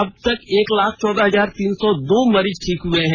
अबतक एक लाख चौदह हजार तीन सौ दो मरीज ठीक हुए हैं